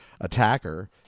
attacker